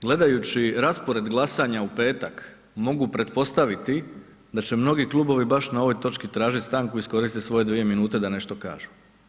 Gledajući raspored glasanja u petak, mogu pretpostaviti da će mnogi klubovi baš na ovoj točki tražiti stanku i iskoristiti svoje dvije minute da nešto kažu.